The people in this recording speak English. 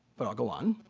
but i'll go on.